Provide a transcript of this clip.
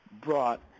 brought